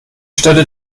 städte